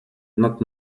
not